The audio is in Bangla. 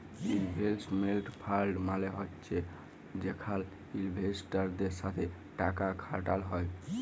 ইলভেস্টমেল্ট ফাল্ড মালে হছে যেখালে ইলভেস্টারদের সাথে টাকা খাটাল হ্যয়